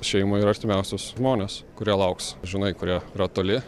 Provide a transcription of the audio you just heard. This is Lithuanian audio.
šeimą ir artimiausius žmones kurie lauks žinai kurie yra toli